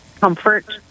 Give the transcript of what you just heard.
comfort